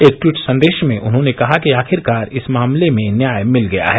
एक ट्वीट संदेश में उन्होंने कहा कि आखिरकार इस मामले में न्याय मिल गया है